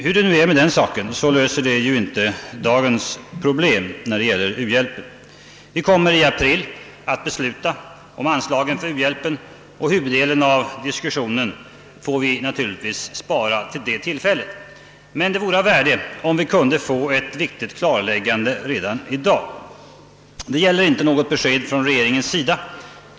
Hur det nu än är med den saken så löser det emellertid inte dagens problem med u-hjälpen. Vi skall i april besluta om anslagen till u-hjälpen, och huvuddelen av diskussionen får vi naturligtvis spara till det tillfället, men det vore av värde om vi kunde få ett viktigt klarläggande redan i dag. Det gäller inte något besked från regeringen.